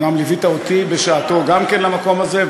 אומנם ליווית אותי בשעתנו גם כן למקום הזה,